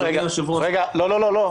אדוני היושב-ראש --- לא, לא.